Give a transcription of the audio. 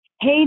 Hey